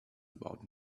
about